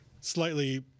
slightly